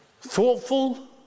thoughtful